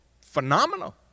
phenomenal